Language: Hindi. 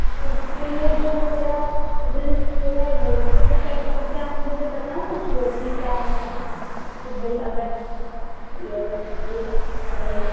तो उसके लिए जो मेरा सिबिल इस्कोर है वह तो चेक करके आप मुझे बता सकते हो कि क्या मैं मतलब मेरा सिबिल अगर ठीक है तो मैं ई एम आई पर ले सकती हूँ या नहीं